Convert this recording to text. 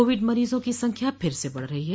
Covid मरीजों की संख्या फिर से बढ़ रही है